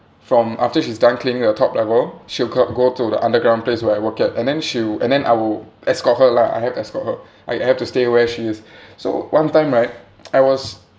from after she's done cleaning the top level she'll c~ go to the underground place where I work at and then she'll and then I will escort her lah I have to escort her I I have to stay where she is so one time right I was